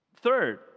third